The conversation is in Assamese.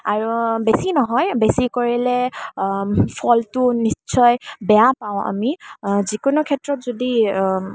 আৰু বেছি নহয় বেছি কৰিলে ফলটো নিশ্চয় বেয়া পাওঁ আমি যিকোনো ক্ষেত্ৰত যদি